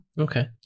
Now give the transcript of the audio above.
Okay